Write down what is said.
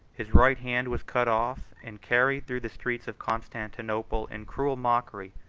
his right hand was cut off, and carried through the streets of constantinople, in cruel mockery,